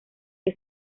que